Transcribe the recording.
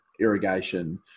irrigation